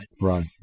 Right